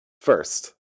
first